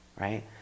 right